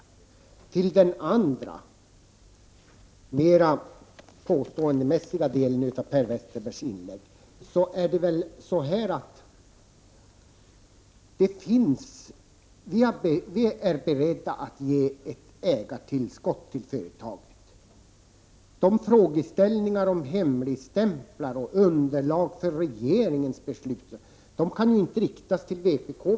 När det gäller den andra mera påståendemässiga delen av Per Westerbergs inlägg vill jag säga att vi är beredda att ge ett ägartillskott till företaget. Frågor rörande hemligstämplar och underlag för regeringens beslut kan inte riktas till vpk.